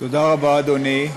תודה רבה, אדוני.